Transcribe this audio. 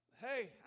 Hey